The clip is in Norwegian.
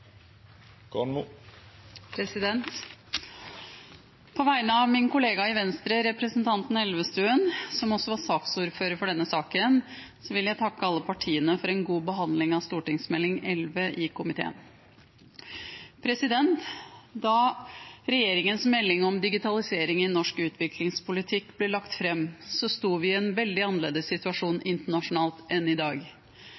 På vegne av min kollega i Venstre, representanten Elvestuen, som var saksordfører for denne saken, vil jeg takke alle partiene for en god behandling av Meld. St. 11 for 2019–2020 i komiteen. Da regjeringens melding om digitalisering i norsk utviklingspolitikk ble lagt fram, sto vi i en veldig annerledes situasjon